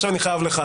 עכשיו אני חייב לך,